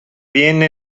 vienna